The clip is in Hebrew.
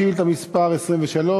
שאילתה מס' 23,